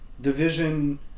division